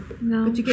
No